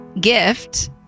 gift